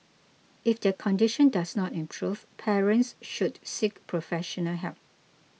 if their condition does not improve parents should seek professional help